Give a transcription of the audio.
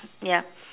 ya